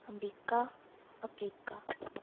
America Africa